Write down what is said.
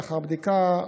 לאחר בדיקה,